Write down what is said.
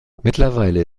mittlerweile